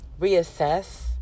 reassess